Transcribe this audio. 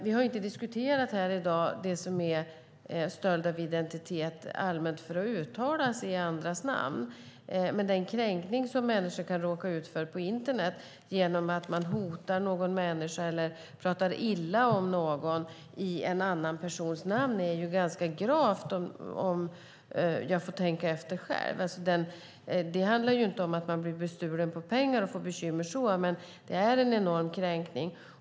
Vi har inte här i dag diskuterat stöld av identitet rent allmänt för att uttala sig i andras namn. Den kränkning som människor kan råka ut för på internet genom att man hotar någon människa eller talar illa om någon i en annan persons namn är ganska grav, när jag tänker efter själv. Det handlar inte om att man blir bestulen på pengar och får bekymmer på så vis, men det är en enorm kränkning.